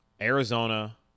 Arizona